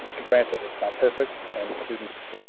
granted, it's not perfect, and students,